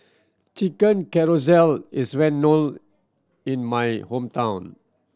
Chicken Casserole is well known in my hometown